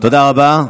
תודה רבה.